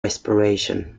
respiration